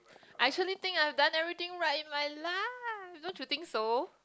I actually think I've done everything right in my life don't you think so